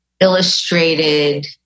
illustrated